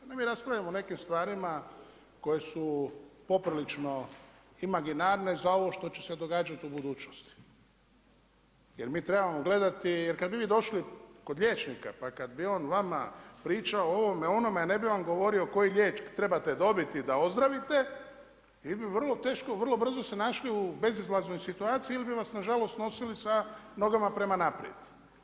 A ne mi raspravljamo o nekim stvarima koje su poprilično imaginarne za ovo što će se događati u budućnosti jer mi trebamo gledati jer kada bi vi došli kod liječnika pa kada bi on vama pričao o ovome o onome, a ne bi vam govorio koji lijek trebate dobiti da ozdravite i vi vrlo teško i vrlo brzo se našli u bezizlaznoj situaciji ili bi vas nažalost nosili sa nogama prema naprijed.